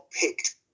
picked